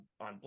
on